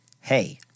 Hey